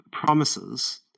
promises